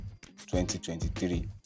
2023